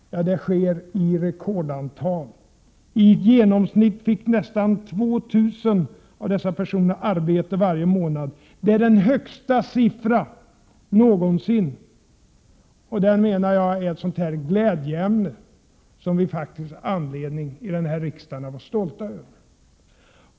I genomsnitt fick nästan 2 000 av dessa personer arbete varje månad under senare tid. Det är den högsta siffran härvidlag någonsin, och det menar jag är ett sådant här glädjeämne som vi faktiskt i riksdagen har anledning att vara stolta över.